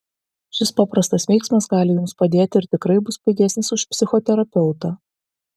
šis paprastas veiksmas gali jums padėti ir tikrai bus pigesnis už psichoterapeutą